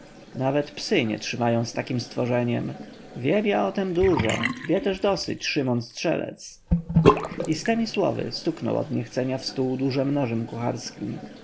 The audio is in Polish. nawet psy nie trzymają z takiem stworzeniem wiem ja o tem dużo wie też dosyć szymon strzelec i z temi słowy stuknął od niechcenia w stół dużym nożem kucharskim